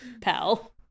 pal